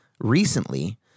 recently